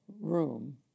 room